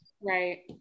right